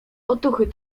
otuchy